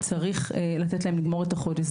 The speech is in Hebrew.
צריך לתת להם לגמור את החודש.